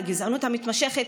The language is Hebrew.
הגזענות המתמשכת,